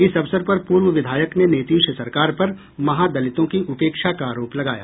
इस अवसर पर पूर्व विधायक ने नीतीश सरकार पर महादलितों की उपेक्षा का आरोप लगाया